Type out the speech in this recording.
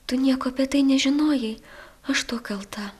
tu nieko apie tai nežinojai aš tuo kalta